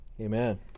Amen